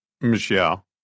Michelle